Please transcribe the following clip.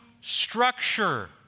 structure